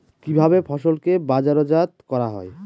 কিভাবে ফসলকে বাজারজাত করা হয়?